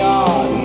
God